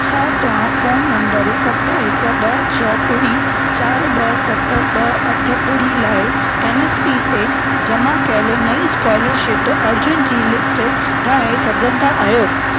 छा तव्हां phone number सत हिकु ॿ छ ॿुड़ी चारि ॿ सत ॿ अठ ॿुड़ी लाइ एन एस पी ते जमा कयल नईं स्कोलरशिप अर्ज़ियुनि जी लिस्ट ठाहे सघंदा आहियो